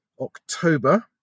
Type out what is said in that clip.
October